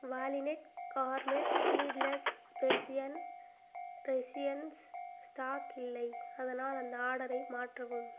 குவாலினட் கார்மேட் seedless Persian raisins stock இல்லை அதனால் அந்த ஆர்டரை மாற்றவும்